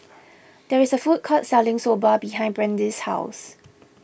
there is a food court selling Soba behind Brandee's house